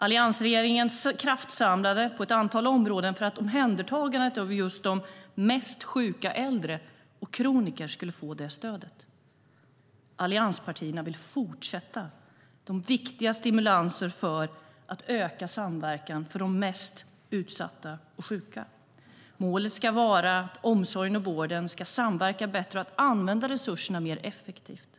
Alliansregeringen kraftsamlade på ett antal områden för att omhändertagandet av just de mest sjuka äldre och kronikerna skulle få det stödet. Allianspartierna vill fortsätta de viktiga stimulanserna för att öka samverkan för de mest utsatta och sjuka. Målet ska vara att omsorgen och vården ska samverka bättre och att resurserna används mer effektivt.